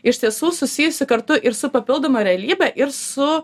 iš tiesų susijusi kartu ir su papildoma realybe ir su